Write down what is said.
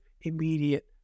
Immediate